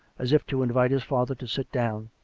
as if to invite his father to sit down